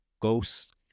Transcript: ghost